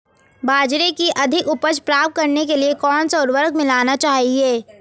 बाजरे की अधिक उपज प्राप्त करने के लिए कौनसा उर्वरक मिलाना चाहिए?